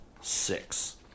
six